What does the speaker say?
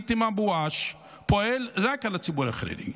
המכת"זית עם הבואש פועלת רק על הציבור החרדי?